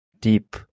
deep